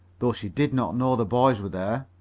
though she did not know the boys were there.